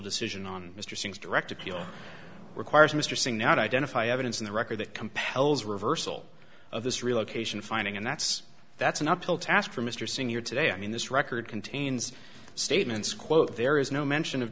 decision on mr singh's direct appeal requires mr singh not identify evidence in the record that compels reversal of this relocation finding and that's that's an uphill task for mr singh here today i mean this record contains statements quote there is no mention of